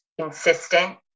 consistent